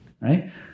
right